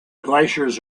glaciers